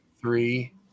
Three